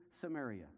Samaria